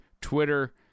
Twitter